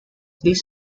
this